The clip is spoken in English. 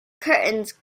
curtains